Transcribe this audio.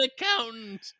accountant